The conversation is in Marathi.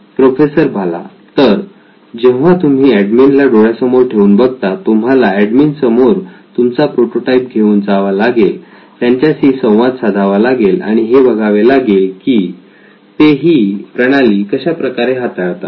प्रोफेसर बाला तर जेव्हा तुम्ही एडमिन ला डोळ्यासमोर ठेवून बघता तुम्हाला एडमिन समोर तुमचा प्रोटोटाइप घेऊन जावा लागेल त्यांच्याशी संवाद साधावा लागेल आणि हे बघावे लागेल की ते ही प्रणाली कशाप्रकारे हाताळतात